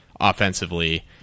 offensively